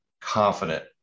confident